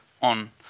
on